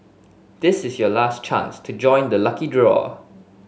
this is your last chance to join the lucky draw